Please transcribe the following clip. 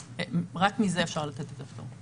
רק מזה אפשר לתת את הפטור.